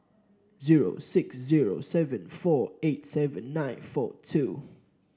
zero six zero seven four eight seven nine four two